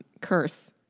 curse